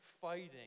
fighting